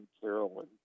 Carolyn